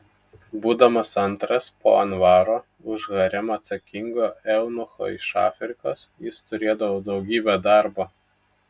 būdamas antras po anvaro už haremą atsakingo eunucho iš afrikos jis turėdavo daugybę darbo